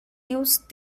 used